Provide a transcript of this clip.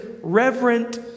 reverent